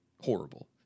horrible